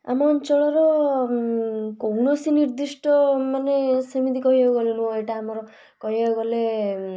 ଆମ ଅଞ୍ଚଳର କୌଣସି ନିର୍ଦ୍ଦିଷ୍ଟ ମାନେ ସେମିତି କହିବାକୁ ଗଲେ ଏଇଟା ଆମର କହିବାକୁ ଗଲେ